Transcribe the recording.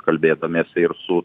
kalbėdamiesi ir su